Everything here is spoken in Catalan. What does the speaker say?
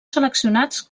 seleccionats